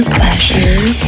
pleasure